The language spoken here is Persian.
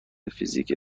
فیزیک